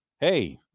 hey